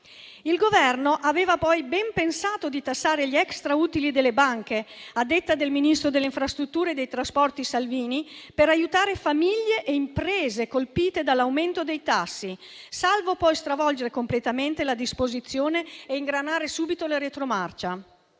Il Governo aveva poi ben pensato di tassare gli extrautili delle banche, a detta del ministro delle infrastrutture e della mobilità sostenibili Salvini per aiutare famiglie e imprese colpite dall'aumento dei tassi; salvo poi stravolgere completamente la disposizione e ingranare subito la retromarcia.